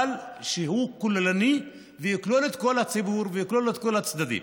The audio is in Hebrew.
אבל שיהיה כוללני ויכלול את כל הציבור ויכלול את כל הצדדים.